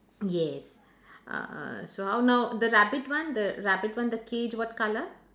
yes uh uh so how now the rabbit one the rabbit one the cage what colour